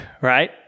right